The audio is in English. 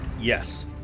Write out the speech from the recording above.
Yes